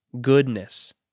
goodness